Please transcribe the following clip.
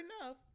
enough